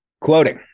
Quoting